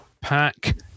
pack